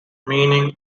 meaning